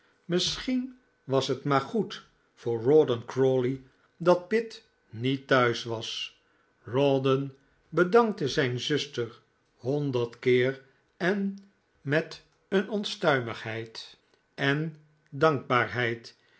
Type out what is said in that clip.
misschien was het maar goed voor rawdon crawley dat pitt niet thuis was rawdon bedankte zijn zuster honderd keer en met een onstuimigheid en dankbaarheid